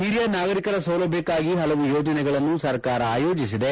ಹಿರಿಯ ನಾಗರೀಕರ ಸೌಲಭ್ಯಕ್ಕಾಗಿ ಹಲವು ಯೋಜನೆಗಳನ್ನು ಸರ್ಕಾರ ಆಯೋಜಿಸಿದೆ